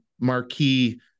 marquee